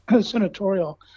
senatorial